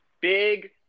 Big